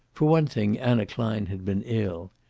for one thing, anna klein had been ill.